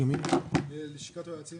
לשכת היועצים